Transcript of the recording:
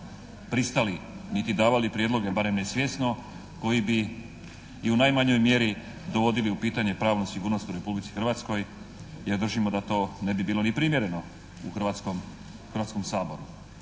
pristali niti davali prijedloge barem ne svjesno, koji bi i u najmanjoj mjeri dovodili u pitanje pravnu sigurnost u Republici Hrvatskoj jer držimo da to ne bi bilo ni primjereno u Hrvatskom saboru.